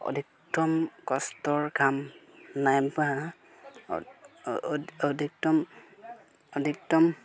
অধিকতম কষ্টৰ কাম নাইবা অধিকতম অধিকতম